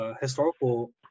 historical